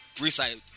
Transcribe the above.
recite